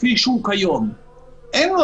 אם רוצים ללכת על העניין הזה נותנים